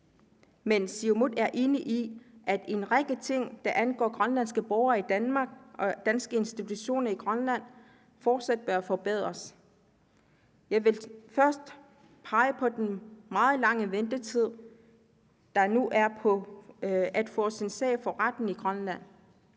Men Siumut er enig i, at en række ting, der angår grønlandske borgere i Danmark og danske institutioner i Grønland, fortsat bør forbedres. Jeg vil pege på den meget lange ventetid, der nu er på at få sin sag for retten i Grønland.